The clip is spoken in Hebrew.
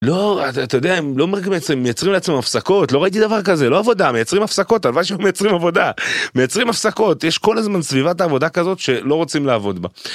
לא, אתה יודע, הם לא רק מייצרים, הם מייצרים לעצמם הפסקות לא ראיתי דבר כזה לא עבודה מייצרים הפסקות, הלוואי שהיו שמייצרים עבודה מייצרים הפסקות יש כל הזמן סביבת העבודה כזאת שלא רוצים לעבוד בה.